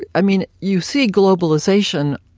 i mean, you see globalization,